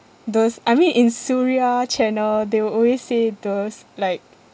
those I mean in suria channel they will always say those like